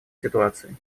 ситуации